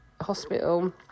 hospital